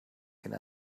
can